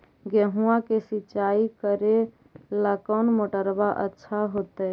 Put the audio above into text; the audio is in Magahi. गेहुआ के सिंचाई करेला कौन मोटरबा अच्छा होतई?